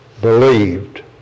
believed